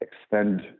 extend